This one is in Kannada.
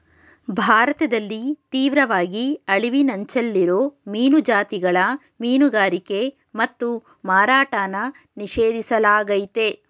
ಭಾರತದಲ್ಲಿ ತೀವ್ರವಾಗಿ ಅಳಿವಿನಂಚಲ್ಲಿರೋ ಮೀನು ಜಾತಿಗಳ ಮೀನುಗಾರಿಕೆ ಮತ್ತು ಮಾರಾಟನ ನಿಷೇಧಿಸ್ಲಾಗಯ್ತೆ